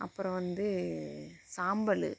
அப்புறம் வந்து சாம்பல்